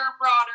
broader